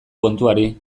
kontuari